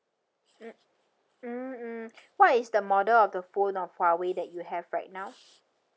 mm mm mm what is the model of the phone of Huawei that you have right now